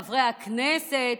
חברי הכנסת,